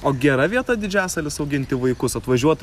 o gera vieta didžiasalis auginti vaikus atvažiuot